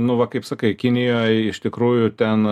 nu va kaip sakai kinijoj iš tikrųjų ten